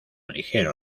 ligero